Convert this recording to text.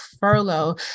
furlough